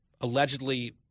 allegedly